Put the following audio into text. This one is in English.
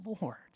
Lord